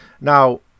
Now